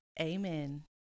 amen